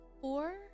four